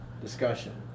discussion